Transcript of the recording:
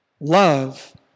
love